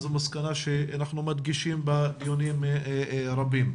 זו מסקנה שאנחנו מדגישים בדיונים רבים.